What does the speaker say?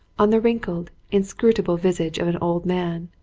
on the wrinkled, inscrutable visage of an old man,